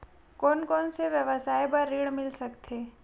कोन कोन से व्यवसाय बर ऋण मिल सकथे?